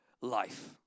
life